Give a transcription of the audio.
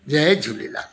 Jay Jhulelal